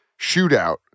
shootout